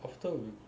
after we